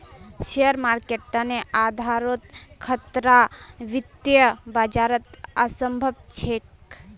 share मार्केटेर तने आधारोत खतरा वित्तीय बाजारत असम्भव छेक